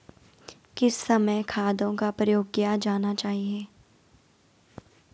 किस समय खादों का प्रयोग किया जाना चाहिए?